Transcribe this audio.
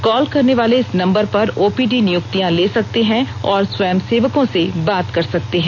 call करने वाले इस नम्बर पर ओपीडी नियुक्तियां ले सकते हैं और स्वयंसेवकों से बात कर सकते हैं